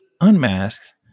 unmasked